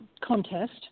contest